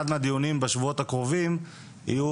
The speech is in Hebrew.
אחד מהדיונים בשבועות הקרובים יהיה